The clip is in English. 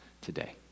today